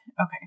Okay